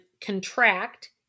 contract